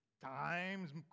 times